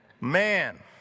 Man